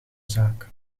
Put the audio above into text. zaak